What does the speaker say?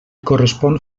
correspon